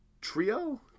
trio